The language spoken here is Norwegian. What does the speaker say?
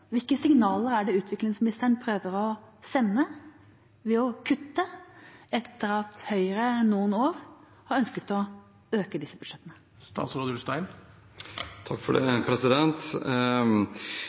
Hvilke signaler er det utviklingsministeren prøver å sende ved å kutte – etter at Høyre i noen år har ønsket å øke disse budsjettene? Det